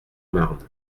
marne